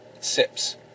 sips